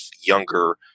younger